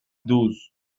douze